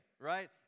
right